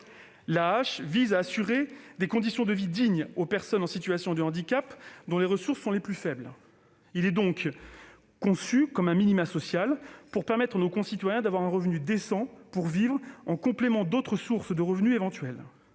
l'AAH vise à assurer des conditions de vie dignes aux personnes en situation de handicap dont les ressources sont les plus faibles. Elle est donc conçue comme un minimum social pour permettre à nos concitoyens d'avoir un revenu décent pour vivre, en complément d'autres sources de revenus éventuelles.